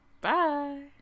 Bye